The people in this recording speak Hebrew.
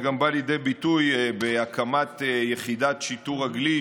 וזה גם בא לידי ביטוי בהקמת יחידת שיטור רגלי,